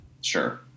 Sure